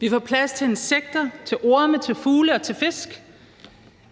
Vi får plads til insekter, til orme, til fugle og til fisk.